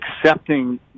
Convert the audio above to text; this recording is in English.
accepting